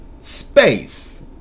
space